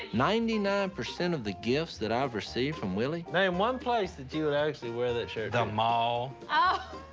ninety nine percent of the gifts that i've received from willie. name one place that you would actually wear that shirt. the um mall. ah